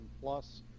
Plus